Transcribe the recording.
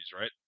right